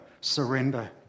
surrender